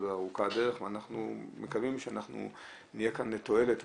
עוד ארוכה הדרך ואנחנו מקווים שנהיה כאן לתועלת.